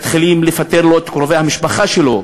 מתחילים לפטר לו את קרובי המשפחה שלו,